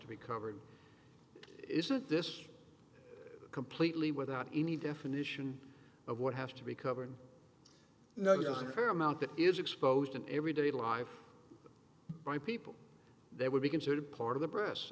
to be covered isn't this completely without any definition of what has to be covered no one paramount that is exposed in everyday life by people they would be considered part of the press